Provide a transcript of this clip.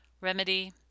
remedy